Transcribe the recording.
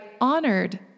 honored